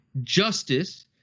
justice